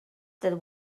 that